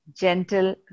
gentle